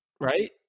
right